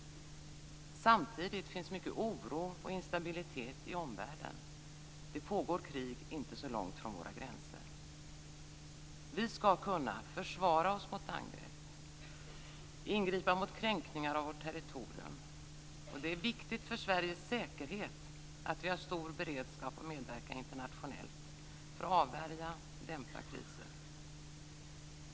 Samtidigt finns det mycket av oro och instabilitet i omvärlden. Det pågår krig inte så långt från våra gränser. Vi ska kunna försvara oss mot angrepp och ingripa mot kränkningar av vårt territorium, och det är viktigt för Sveriges säkerhet att vi har stor beredskap att medverka internationellt för att avvärja och dämpa kriser.